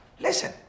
listen